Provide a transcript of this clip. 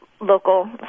local